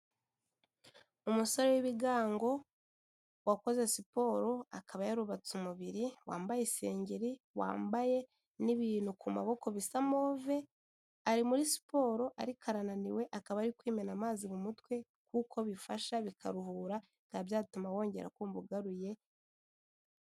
Umusore w'ibigango wakoze siporo akaba yarubatse umubiri, wambaye isengeri, wambaye n'ibintu ku maboko bisa move, ari muri siporo ariko arananiwe akaba ari kwimena amazi mu mutwe kuko bifasha, bikaruhura, bikaba byatuma wongera kumva ugaruye...